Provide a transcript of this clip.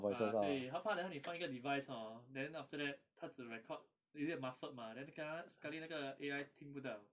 ah 对他怕等一下你放一个 device hor then after that 他只 record is it muffled mah then 你给他 sekali 那个 A_I 听不到